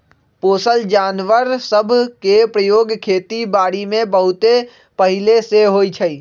पोसल जानवर सभ के प्रयोग खेति बारीमें बहुते पहिले से होइ छइ